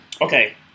Okay